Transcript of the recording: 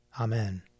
Amen